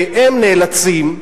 והם נאלצים,